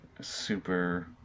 super